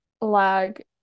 lag